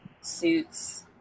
suits